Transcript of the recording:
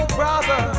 brother